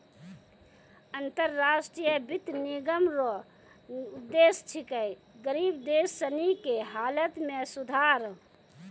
अन्तर राष्ट्रीय वित्त निगम रो उद्देश्य छिकै गरीब देश सनी के हालत मे सुधार